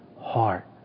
heart